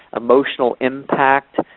emotional impact,